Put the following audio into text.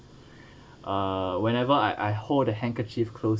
uh whenever I I hold the handkerchief close